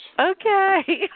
Okay